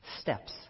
Steps